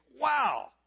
wow